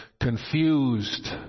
confused